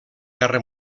guerra